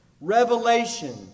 revelation